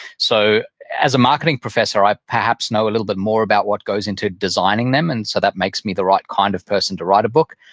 so as a marketing professor i perhaps know a little bit more about what goes into designing them, and so that makes me the right kind of person to write a book.